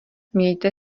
mějte